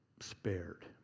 spared